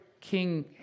King